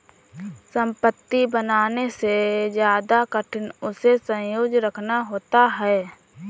संपत्ति बनाने से ज्यादा कठिन उसे संजोए रखना होता है